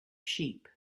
sheep